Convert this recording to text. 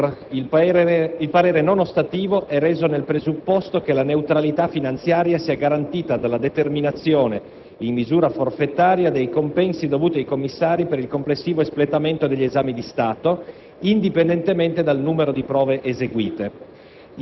In ordine all'articolo 1, comma 4-*ter*, il parere non ostativo è reso nel presupposto che la neutralità finanziaria sia garantita dalla determinazione in misura forfettaria dei compensi dovuti ai commissari per il complessivo espletamento degli esami di Stato,